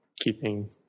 keeping